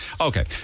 Okay